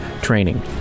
training